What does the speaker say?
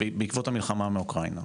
בעקבות המלחמה באוקראינה,